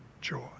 joy